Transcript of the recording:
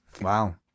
wow